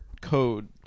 code